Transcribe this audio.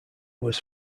was